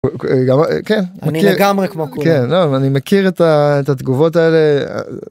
כן אני מכיר את התגובות האלה.